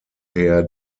her